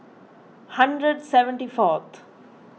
hundred seventy fourth